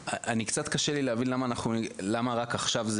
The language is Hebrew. קצת קשה לי להבין למה זה נבדק רק עכשיו,